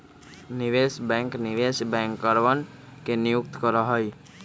निवेश बैंक निवेश बैंकरवन के नियुक्त करा हई